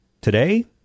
Today